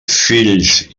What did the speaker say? fills